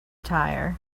tire